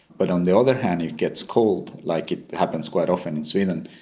but on the other hand it gets cold, like it happens quite often in sweden,